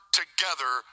together